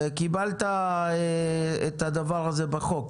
וקיבלת את הדבר הזה בחוק,